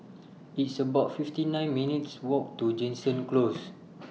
It's about fifty nine minutes' Walk to Jansen Close